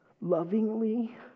lovingly